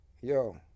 yo